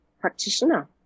practitioner